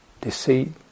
deceit